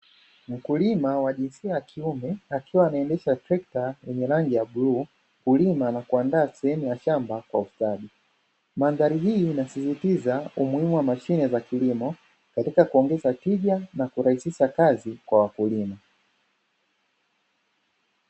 Wakulima wa jinsia ya kiume akiwa anaendesha trekta lenye rangi ya bluu, kulima na kuandaa sehemu ya shamba kwa ustadi. Mandhari hii inasisitiza umuhimu wa mashine za kilimo, katika kuongeza tija na kurahisisha kazi kwa wakulima.